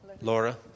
Laura